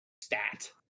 stat